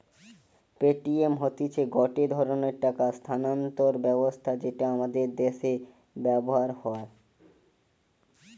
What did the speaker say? Paytm হতিছে গটে ধরণের টাকা স্থানান্তর ব্যবস্থা যেটা আমাদের দ্যাশে ব্যবহার হয়